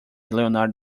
leonardo